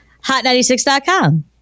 Hot96.com